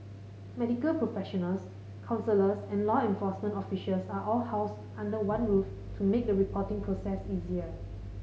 medical professionals counsellors and law enforcement officials are all housed under one roof to make the reporting process easier